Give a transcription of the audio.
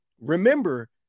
remember